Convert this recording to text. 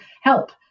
help